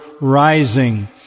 rising